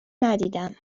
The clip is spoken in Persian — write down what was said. ندیدم